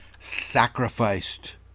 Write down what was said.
sacrificed